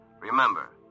Remember